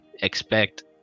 expect